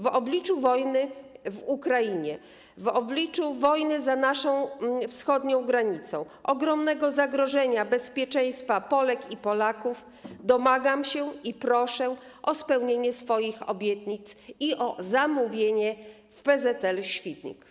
W obliczu wojny w Ukrainie, w obliczu wojny za naszą wschodnią granicą, w obliczu ogromnego zagrożenia dla bezpieczeństwa Polek i Polaków, domagam się i proszę o spełnienie swoich obietnic i o zamówienie w PZL-Świdnik.